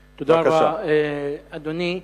אדוני,